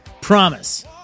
Promise